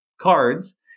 cards